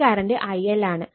ഈ current IL ആണ്